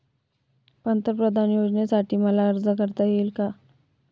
पंतप्रधान योजनेसाठी मला अर्ज करता येईल का?